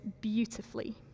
beautifully